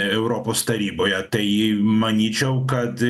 europos taryboje tai manyčiau kad